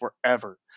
forever